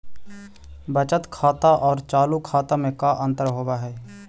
बचत खाता और चालु खाता में का अंतर होव हइ?